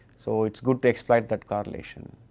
so, it is good to exploit that correlation.